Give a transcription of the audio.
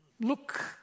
look